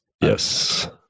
Yes